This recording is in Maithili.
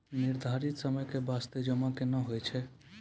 निर्धारित समय के बास्ते जमा केना होय छै?